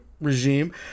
regime